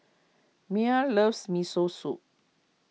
Mia loves Miso Soup